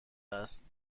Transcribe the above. است